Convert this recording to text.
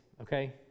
Okay